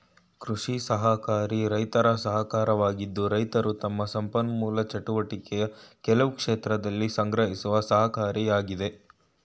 ಕೃಷಿ ಸಹಕಾರಿ ರೈತರ ಸಹಕಾರವಾಗಿದ್ದು ರೈತರು ತಮ್ಮ ಸಂಪನ್ಮೂಲ ಚಟುವಟಿಕೆಯ ಕೆಲವು ಕ್ಷೇತ್ರದಲ್ಲಿ ಸಂಗ್ರಹಿಸುವ ಸಹಕಾರಿಯಾಗಯ್ತೆ